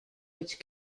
which